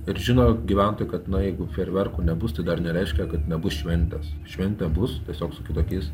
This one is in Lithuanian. ir žino gyventojai kad na jeigu fejerverkų nebus tų dar nereiškia kad nebus šventės šventė bus tiesiog su kitokiais